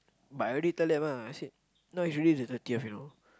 but I already tell them ah I said now is already the thirtieths you know